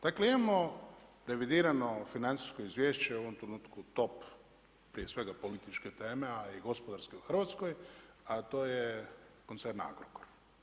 Dakle imamo revidirano financijsko izvješće u ovom trenutku top prije svega političke teme a i gospodarske u Hrvatskoj a to je koncern Agrokor.